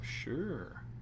sure